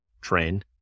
train